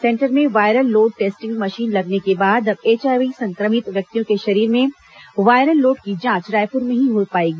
centre में viral load testing machine लगने के बाद अब एचआईवी संक्रमित व्यक्तियों के शरीर में वायरल लोड की जांच रायपुर में ही हो जाएगी